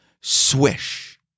swish